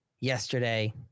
yesterday